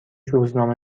روزنامه